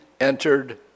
entered